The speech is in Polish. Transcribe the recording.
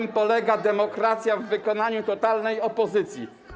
Na tym polega demokracja w wykonaniu totalnej opozycji.